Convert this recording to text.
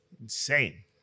Insane